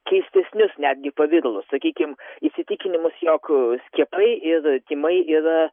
keistesnius netgi pavidalus sakykim įsitikinimas jog skiepai ir tymai yra